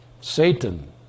Satan